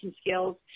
skills